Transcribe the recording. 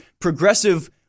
progressive